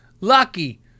lucky